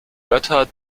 götter